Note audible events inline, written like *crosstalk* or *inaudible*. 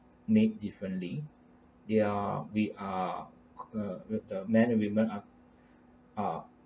made differently they're we are *noise* uh uh the men and women are are